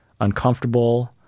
uncomfortable